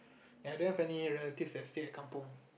ya I don't have any relatives that stay at Kampung